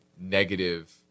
negative